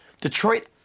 Detroit